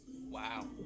Wow